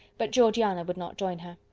but georgiana would not join her.